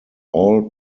all